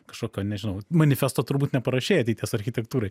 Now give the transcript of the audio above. kažkokio nežinau manifesto turbūt neparašei ateities architektūrai